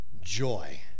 joy